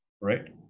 Right